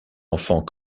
enfant